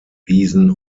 wiesen